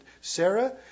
Sarah